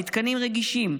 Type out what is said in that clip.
למתקנים רגישים,